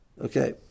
Okay